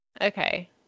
Okay